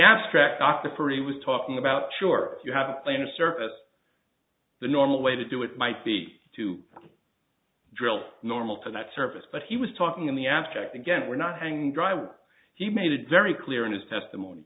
abstract after pretty was talking about sure you have a plan to service the normal way to do it might be to drill normal to that surface but he was talking in the abstract again we're not hanging drywall he made it very clear in his testimony